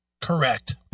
Correct